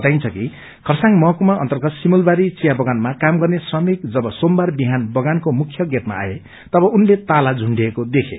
बताइन्छ कि खरसाङ महकुमा अर्न्तगत सिमुलवारी चिया बगानमा काम गर्ने श्रमिक जब सोमबार बिहान बगानको मुख्य गेटमा आए तब उनले ताला झुण्डिएको देखे